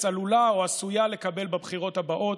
עלולה או עשויה לקבל בבחירות הבאות,